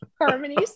Harmonies